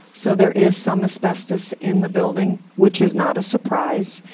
so there is some asbestos in the building, which is not a surprise.